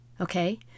okay